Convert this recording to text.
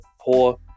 poor